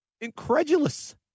incredulous